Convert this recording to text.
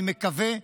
אני מקווה,